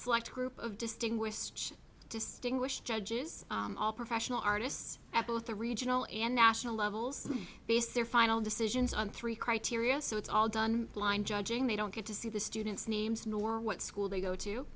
select group of distinguished distinguished judges all professional artists at both the regional and national levels based their final decisions on three criteria so it's all done blind judging they don't get to see the students names nor what school they go to